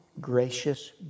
gracious